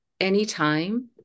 anytime